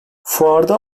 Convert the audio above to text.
fuarda